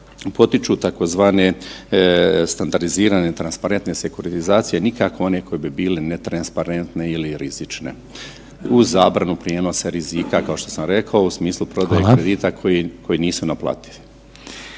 potiču tzv. standardizirane transparentne sekoritizacije nikako one koje bi bile netransparentne ili rizične uz zabranu prijenosa rizika kao što sam rekao u smislu …/Upadica: Hvala/…prodaje kredita koji nisu naplativi.